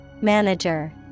Manager